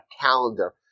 calendar